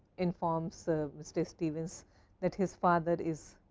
informs mr. stevens that his father is